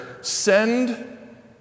Send